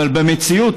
אבל במציאות,